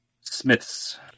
Smiths